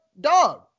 dog